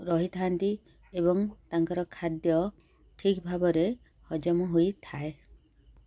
ରହିଥାନ୍ତି ଏବଂ ତାଙ୍କର ଖାଦ୍ୟ ଠିକ୍ ଭାବରେ ହଜମ ହୋଇଥାଏ